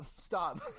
Stop